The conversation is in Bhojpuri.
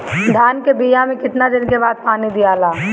धान के बिया मे कितना दिन के बाद पानी दियाला?